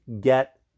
get